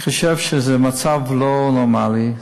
אני חושב שזה מצב לא נורמלי,